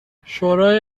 شورای